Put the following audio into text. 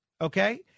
Okay